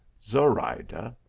zorayda,